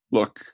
Look